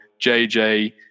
JJ